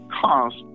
cost